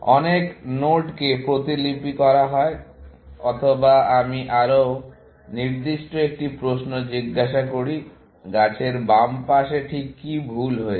অনেক নোডকে প্রতিলিপি করা হয় অথবা আমি আরও নির্দিষ্ট একটি প্রশ্ন জিজ্ঞাসা করি গাছের বাম পাশে ঠিক কি ভুল হয়েছে